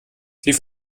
sie